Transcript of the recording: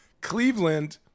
Cleveland